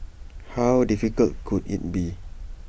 how difficult could IT be